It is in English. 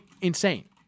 insane